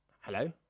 hello